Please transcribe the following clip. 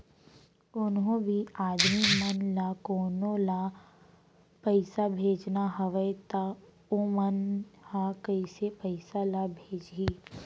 कोन्हों भी आदमी मन ला कोनो ला पइसा भेजना हवय त उ मन ह कइसे पइसा ला भेजही?